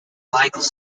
micheal